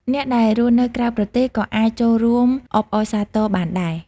អ្នកដែលរស់នៅក្រៅប្រទេសក៏អាចចូលរួមអបអរសាទរបានដែរ។